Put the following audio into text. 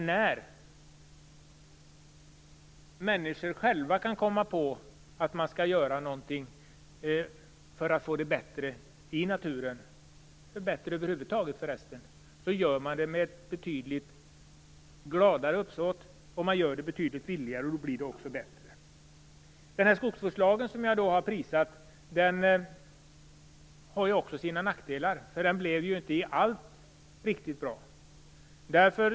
När människor själva kommer på att de skall göra någonting för att få det bättre i naturen eller över huvud taget, gör de det betydligt gladare och villigare. Då blir det också bättre. Den skogsvårdslag som jag har prisat har också sina nackdelar. Den blev inte riktigt bra i allt.